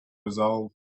resolve